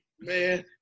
Man